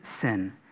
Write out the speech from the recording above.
sin